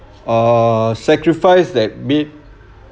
uh sacrifice that made